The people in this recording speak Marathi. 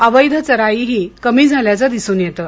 अवैध चराईही कमी झाल्याचं दिसून येतं